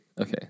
Okay